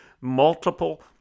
multiple